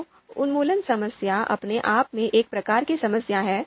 तो उन्मूलन समस्या अपने आप में एक प्रकार की समस्या है